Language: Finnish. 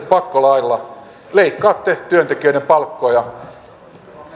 pakkolailla leikkaatte työntekijöiden palkkoja